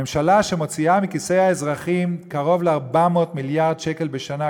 ממשלה שמוציאה מכיסי האזרחים קרוב ל-400 מיליארד שקל בשנה,